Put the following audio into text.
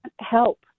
help